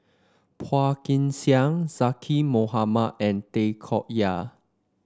Phua Kin Siang Zaqy Mohamad and Tay Koh Yat